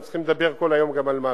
הם צריכים גם לדבר כל היום על משהו,